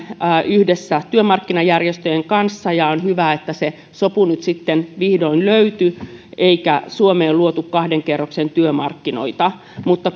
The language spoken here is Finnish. yhdessä työmarkkinajärjestöjen kanssa ja on hyvä että sopu nyt sitten vihdoin löytyi eikä suomeen luotu kahden kerroksen työmarkkinoita mutta